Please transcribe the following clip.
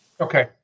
Okay